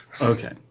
Okay